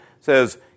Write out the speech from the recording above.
says